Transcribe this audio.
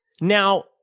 Now